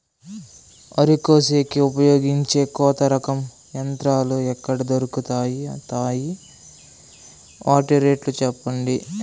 వరి కోసేకి ఉపయోగించే కొత్త రకం యంత్రాలు ఎక్కడ దొరుకుతాయి తాయి? వాటి రేట్లు చెప్పండి?